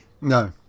No